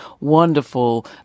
wonderful